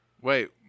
Wait